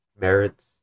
merits